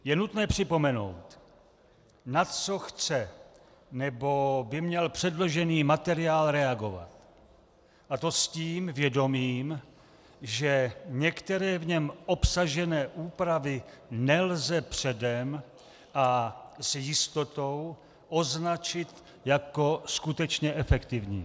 Je nutné připomenout, na co chce, nebo by měl, předložený materiál reagovat, a to s tím vědomím, že některé v něm obsažené úpravy nelze předem a s jistotou označit jako skutečně efektivní.